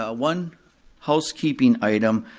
ah one housekeeping item,